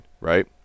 right